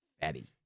fatty